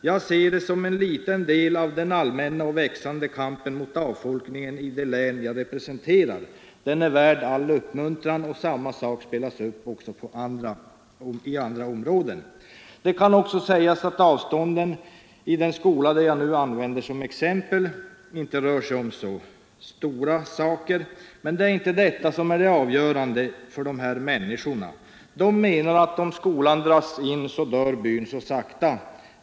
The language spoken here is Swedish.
Jag ser detta som en liten del av den allmänna och växande kampen mot avfolkningen i det län jag representerar. Den är värd all uppmuntran. Det kan visserligen gö gällande att avstånden i det fall jag nu använder som exempel inte är så stora, men det är inte detta som är det avgörande för dessa människor De menar att om skolan dras in, kommer byn efter hand att dö.